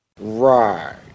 Right